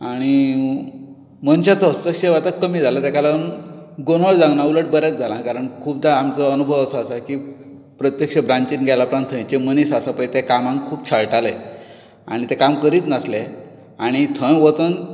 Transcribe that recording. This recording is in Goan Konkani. आनी मनशाचो हस्तक्षेप आतां कमी जाला ताका लागून गोंदळ जावंक ना उलट बरेंच जालां कारण खूबदां आमचो अनुभव असो आसा की प्रत्येक्ष ब्रांचीन गेल्या उपरांत थंयचे मनीस आसा पळय ते कामांक खूब छळटालें आनी तें काम करीत नासलें आनी थंय वचून